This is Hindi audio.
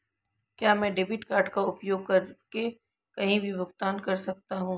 क्या मैं डेबिट कार्ड का उपयोग करके कहीं भी भुगतान कर सकता हूं?